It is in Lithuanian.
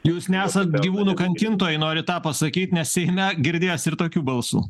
jūs nesat gyvūnų kankintojai norit tą pasakyt nes seime girdėjosi ir tokių balsų